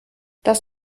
das